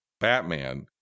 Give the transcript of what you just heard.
Batman